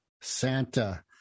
Santa